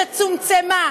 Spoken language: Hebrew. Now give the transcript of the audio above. שצומצמה,